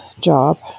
job